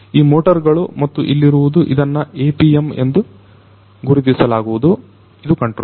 ಈ ಮೋಟರ್ ಗಳು ಮತ್ತು ಇಲ್ಲಿರುವುದು ಇದನ್ನು APM ಎಂದು ಗುರುತಿಸಲಾಗುವುದು ಇದು ಕಂಟ್ರೋಲರ್